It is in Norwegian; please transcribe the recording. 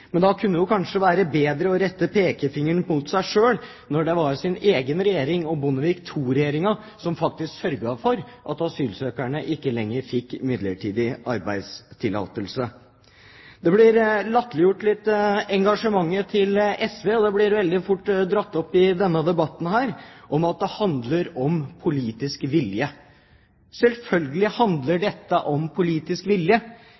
Men det kunne jo kanskje være bedre å rette pekefingeren mot seg selv når det var egen regjering, Bondevik II-regjeringen, som faktisk sørget for at asylsøkerne ikke lenger fikk midlertidig arbeidstillatelse. Engasjementet til SV blir latterliggjort litt, og det blir veldig fort trukket fram i denne debatten at det handler om politisk vilje. Selvfølgelig handler dette om politisk vilje.